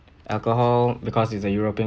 alcohol because it's a europe